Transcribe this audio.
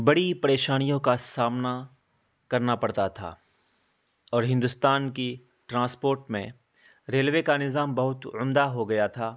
بڑی پریشانیوں کا سامنا کرنا پڑتا تھا اور ہندوستان کی ٹرانسپورٹ میں ریلوے کا نظام بہت عمدہ ہو گیا تھا